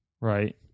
right